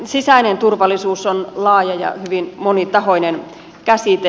sisäinen turvallisuus on laaja ja hyvin monitahoinen käsite